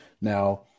Now